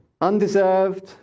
undeserved